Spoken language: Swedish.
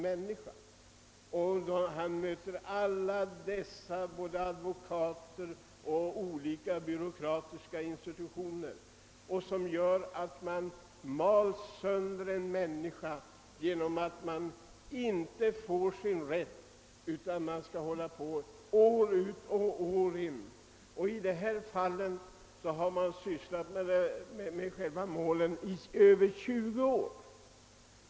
Mellan alla advokater och byråkratiska institutioner av olika slag står en liten människa, som mals sönder medan han år ut och år in kämpar för sin rätt, som han inte fått. I de aktuella fallen har målen dragit ut i över 20 år.